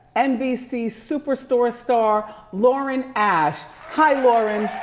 nbc superstore star, lauren ash, hi lauren!